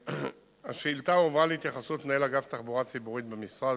השאילתא הועברה להתייחסות מנהל אגף תחבורה ציבורית במשרד,